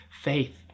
faith